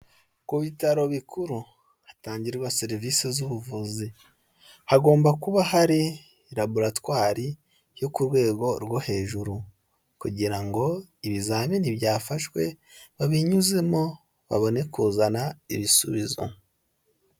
Ku bitaro bikuru hatangirwa serivisi z'ubuvuzi hagomba kuba hari laboratwari yo ku rwego rwo hejuru kugira ngo ibizamini byafashwe babinyuzemo babone kuzana ibisubizo.